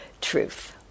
truth